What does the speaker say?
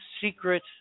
secret